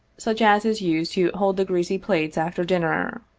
such as is used to hold the greasy plates after dinner.